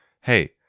hey